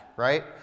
Right